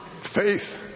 Faith